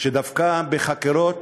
שדווקא בחקירות